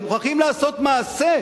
מוכרחים לעשות מעשה.